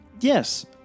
Yes